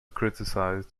criticised